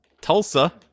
Tulsa